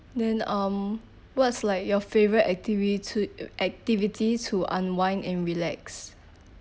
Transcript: then um what's like your favourite activity to activity to unwind and relax